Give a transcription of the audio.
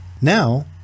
Now